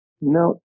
No